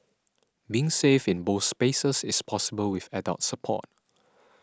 being safe in both spaces is possible with adult support